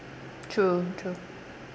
true true